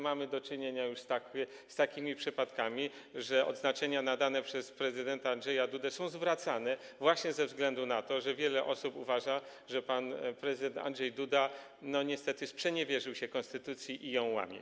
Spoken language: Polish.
Mamy już do czynienia z takimi przypadkami, że odznaczenia nadane przez prezydenta Andrzeja Dudę są zwracane właśnie ze względu na to, że wiele osób uważa, że pan prezydent Andrzej Duda niestety sprzeniewierzył się konstytucji i ją łamie.